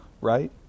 right